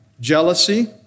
jealousy